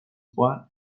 trois